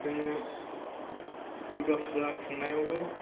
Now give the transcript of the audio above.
जोङो दुरगा फुजा खुंनायावबो